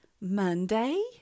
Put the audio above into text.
Monday